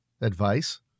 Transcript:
Advice